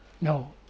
No